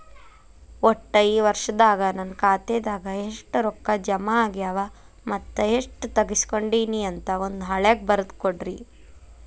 ಒಟ್ಟ ಈ ವರ್ಷದಾಗ ನನ್ನ ಖಾತೆದಾಗ ಎಷ್ಟ ರೊಕ್ಕ ಜಮಾ ಆಗ್ಯಾವ ಮತ್ತ ಎಷ್ಟ ತಗಸ್ಕೊಂಡೇನಿ ಅಂತ ಒಂದ್ ಹಾಳ್ಯಾಗ ಬರದ ಕೊಡ್ರಿ